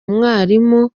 umwarimu